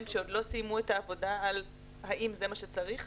שעוד לא סיימו את העבודה על האם זה מה שצריך?